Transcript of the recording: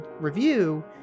review